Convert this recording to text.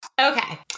Okay